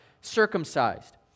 circumcised